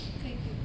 可以可以